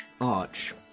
Arch